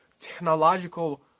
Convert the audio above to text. technological